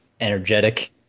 energetic